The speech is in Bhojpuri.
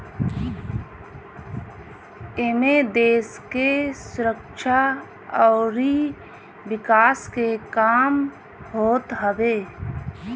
एमे देस के सुरक्षा अउरी विकास के काम होत हवे